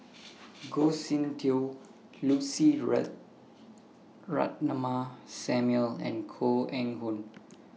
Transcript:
Goh Soon Tioe Lucy Ratnammah Samuel and Koh Eng Hoon